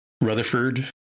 Rutherford